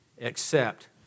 accept